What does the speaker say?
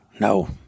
No